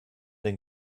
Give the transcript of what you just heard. den